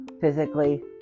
physically